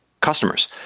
customers